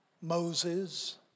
Moses